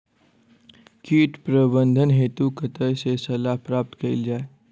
कीट प्रबंधन हेतु कतह सऽ सलाह प्राप्त कैल जाय?